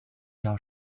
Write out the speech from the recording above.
jahr